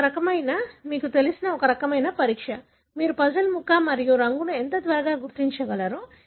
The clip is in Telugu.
ఇది ఒక రకమైన మీకు తెలిసిన ఒక రకమైన పరీక్ష మీరు పజిల్ ముక్క మరియు రంగును ఎంత త్వరగా గుర్తించగలరో